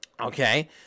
Okay